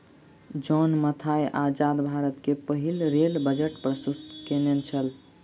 John Mathai आजाद भारत के पहिल रेल बजट प्रस्तुत केनई छला